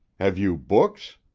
have you books?